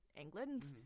england